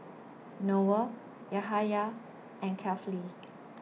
Noah Yahaya and Kefli